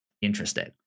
interesting